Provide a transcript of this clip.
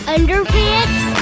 Underpants